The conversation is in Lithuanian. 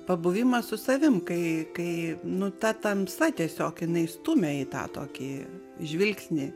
pabuvimas su savim kai kai nu ta tamsa tiesiog jinai stumia į tą tokį žvilgsnį